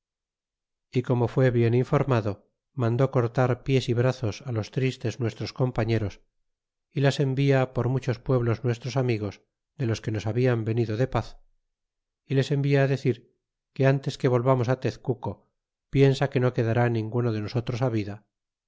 y como fué bien informado mandó cortar pies y brazos los tristes nuestros compañeros y las envia por muchos pueblos nuestros amigos de los que nos habian venido de paz y les envia decir que ntes que volvamos tezcuco piensa no quedará ninguno de nosotros vida